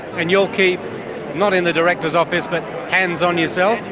and you'll keep not in the director's office but hands-on yourself?